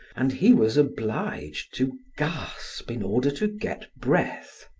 and he was obliged to gasp in order to get breath.